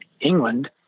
England